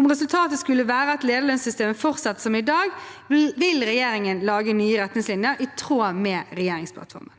Om resultatet skulle verte at leiarlønssystemet fortset som i dag, vil regjeringa lage nye retningslinjer i tråd med regjeringsplattforma.»